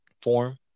form